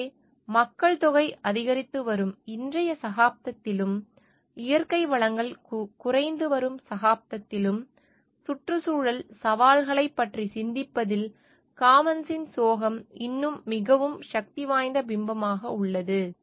எனவே மக்கள்தொகை அதிகரித்து வரும் இன்றைய சகாப்தத்திலும் இயற்கை வளங்கள் குறைந்து வரும் சகாப்தத்திலும் சுற்றுச்சூழல் சவால்களைப் பற்றி சிந்திப்பதில் காமன்ஸின் சோகம் இன்னும் மிகவும் சக்திவாய்ந்த பிம்பமாக உள்ளது